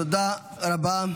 תודה רבה.